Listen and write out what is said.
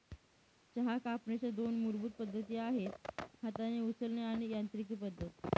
चहा कापणीच्या दोन मूलभूत पद्धती आहेत हाताने उचलणे आणि यांत्रिकी पद्धत